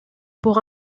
pour